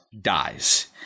dies